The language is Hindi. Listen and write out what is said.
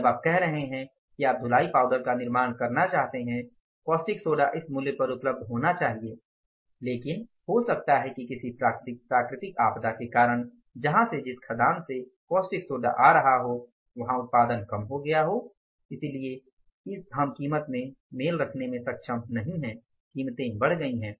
अब आप कह रहे हैं कि आप धुलाई पाउडर का निर्माण करना चाहते हैं कास्टिक सोडा इस मूल्य पर उपलब्ध होना चाहिए लेकिन हो सकता है कि किसी प्राकृतिक आपदा के कारण जहां से जिस खदान से कास्टिक सोडा आ रहा हो वहां उत्पादन कम हो गया हो इसलिए हम कीमत से मेल रखने में सक्षम नहीं हैं कीमत बढ़ गई है